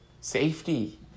safety